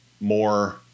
more